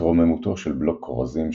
התרוממותו של בלוק כורזים,